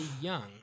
young